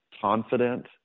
confident